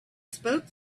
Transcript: spoke